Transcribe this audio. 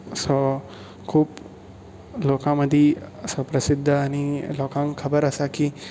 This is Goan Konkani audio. असो खूब लोकां मदीं असो प्रसिद्ध आनी लोकांक खबर आसा की